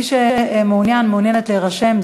מי שמעוניין / מעוניינת להירשם,